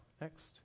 Next